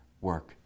work